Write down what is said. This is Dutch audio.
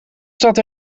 staat